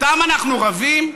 איתם אנחנו רבים?